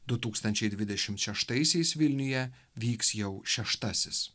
du tūkstančiai dvidešimt šeštaisiais vilniuje vyks jau šeštasis